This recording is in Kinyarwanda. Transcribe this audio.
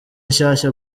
nshyashya